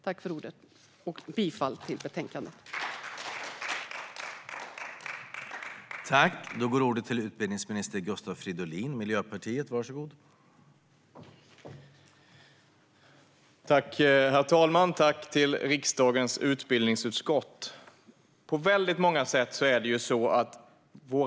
Jag yrkar bifall till utskottets förslag.